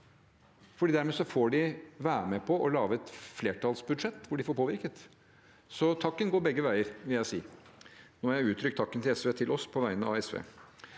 dermed får de være med på å lage et flertallsbudsjett hvor de får påvirket. Så takken går begge veier, vil jeg si, og nå har jeg uttrykt takken fra SV til oss på vegne av SV.